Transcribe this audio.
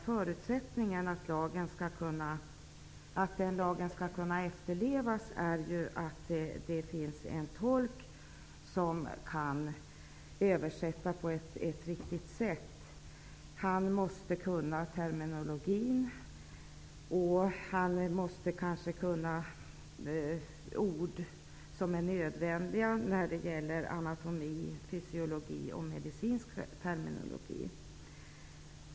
Förutsättningarna att den lagen skall kunna efterlevas är att det finns en tolk som kan översätta på ett riktigt sätt. Han måste kunna den medicinska terminologin, och han måste kanske kunna ord som är nödvändiga när det gäller anatomi och fysiologi.